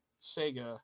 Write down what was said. Sega